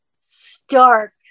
stark